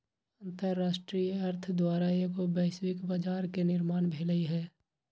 अंतरराष्ट्रीय अर्थ द्वारा एगो वैश्विक बजार के निर्माण भेलइ ह